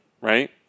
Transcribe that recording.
right